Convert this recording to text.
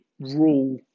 rule